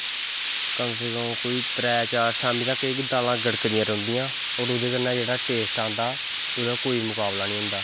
कम से तम त्रै चार शामीं तक्कर एह् दालां गड़कदियां रौंह्दियां होर ओह्दे कन्नै जेह्ड़ा टेस्ट आंदा ओह्दा कोई मकावला नेईं होंदा